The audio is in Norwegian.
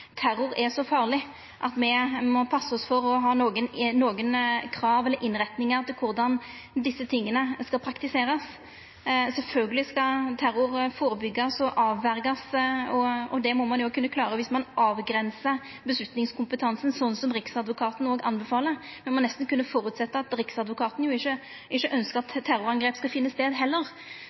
terror er så farleg at me må passa oss for å ha nokon krav eller innretningar til korleis desse tinga skal praktiserast. Sjølvsagt skal terror førebyggjast og avverjast, og det må ein kunna klara dersom ein avgrensar avgjerdskompetansen sånn som Riksadvokaten òg anbefaler. Ein må nesten kunna føresetja at Riksadvokaten ikkje ønskjer at terroråtak skal finna stad heller.